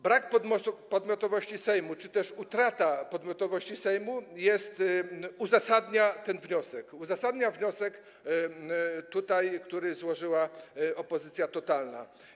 Brak podmiotowości Sejmu czy też utrata podmiotowości przez Sejm uzasadnia ten wniosek, uzasadnia wniosek, który złożyła opozycja totalna.